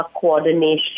coordination